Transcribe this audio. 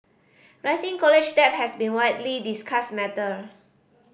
rising college debt has been widely discussed matter